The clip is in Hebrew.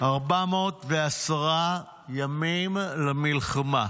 410 ימים למלחמה,